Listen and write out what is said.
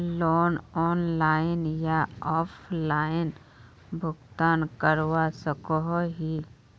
Loan online या offline भुगतान करवा सकोहो ही?